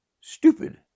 stupid